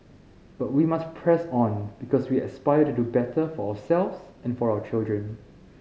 but we must press on because we aspire to do better for ourselves and our children